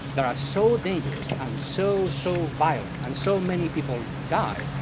there are so dangerous, and so, so, violent, and so many people die,